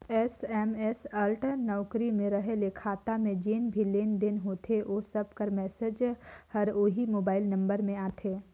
SMS alert नउकरी में रहें ले खाता में जेन भी लेन देन होथे ओ सब कर मैसेज हर ओही मोबाइल नंबर में आथे